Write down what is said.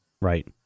Right